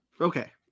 Okay